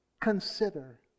consider